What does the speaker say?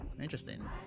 Interesting